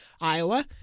Iowa